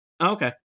okay